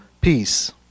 peace